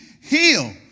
heal